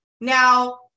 Now